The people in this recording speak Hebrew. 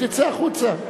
תצא החוצה.